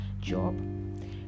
job